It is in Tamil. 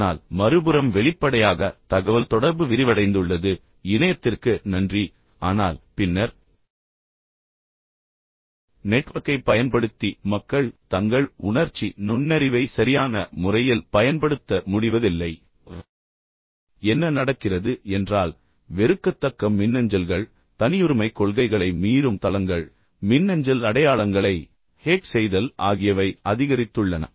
ஆனால் மறுபுறம் வெளிப்படையாக தகவல் தொடர்பு விரிவடைந்துள்ளது இணையத்திற்கு நன்றி ஆனால் பின்னர் நெட்வொர்க்கைப் பயன்படுத்தி மக்கள் தங்கள் உணர்ச்சி நுண்ணறிவை சரியான முறையில் பயன்படுத்த முடிவதில்லை என்ன நடக்கிறது என்றால் வெறுக்கத்தக்க மின்னஞ்சல்கள் தனியுரிமைக் கொள்கைகளை மீறும் தளங்கள் மின்னஞ்சல் அடையாளங்களை ஹேக் செய்தல் ஆகியவை அதிகரித்துள்ளன